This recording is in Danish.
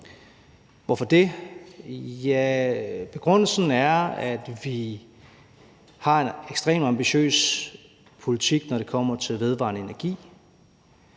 Hvorfor det? Ja, begrundelsen er, at vi har en ekstremt ambitiøs politik, når det kommer til vedvarende energi.